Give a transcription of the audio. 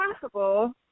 possible